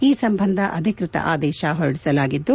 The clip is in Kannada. ಈ ಸಂಬಂಧ ಅಧಿಕೃತ ಆದೇಶ ಹೊರಡಿಸಿದ್ಲು